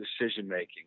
decision-making